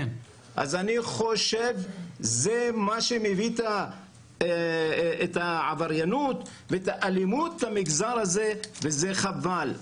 אני חושב שזה מה שמביא את העבריינות והאלימות במגזר הזה וזה חבל.